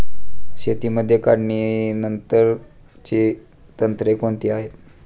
शेतीमध्ये काढणीनंतरची तंत्रे कोणती आहेत?